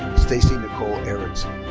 stacy nicole erickson.